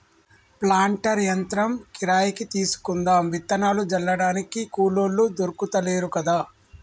planter యంత్రం కిరాయికి తీసుకుందాం విత్తనాలు జల్లడానికి కూలోళ్లు దొర్కుతలేరు కదా